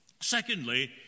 Secondly